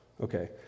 Okay